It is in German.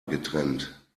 getrennt